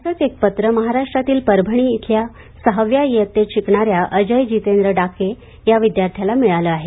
असेच एक पत्र महाराष्ट्रातील परभणी इथल्या सहाव्या इयत्तेत शिकणाऱ्या अजय जितेंद्र डाके या विद्यार्थ्याला मिळालं आहे